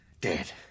Dead